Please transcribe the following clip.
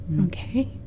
Okay